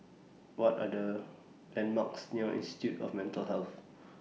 What Are The landmarks near Institute of Mental Health